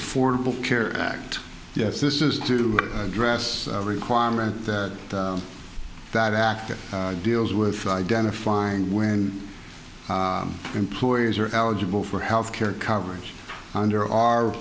affordable care act yes this is to address a requirement that that act that deals with identifying when employees are eligible for health care coverage under our